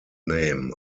name